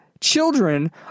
children